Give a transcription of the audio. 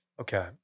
okay